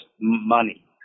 money